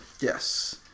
Yes